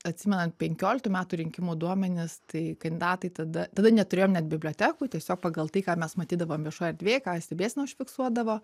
atsimenant penkioliktų metų rinkimų duomenis tai kandidatai tada tada neturėjom net bibliotekų tiesiog pagal tai ką mes matydavom viešoj erdvėj stebėseną užfiksuodavo